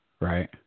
Right